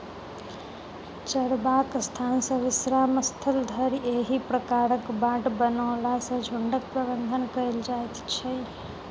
चरबाक स्थान सॅ विश्राम स्थल धरि एहि प्रकारक बाट बनओला सॅ झुंडक प्रबंधन कयल जाइत छै